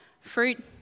fruit